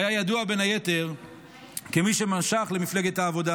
והיה ידוע בין היתר כמי שמשך למפלגת העבודה